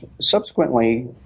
subsequently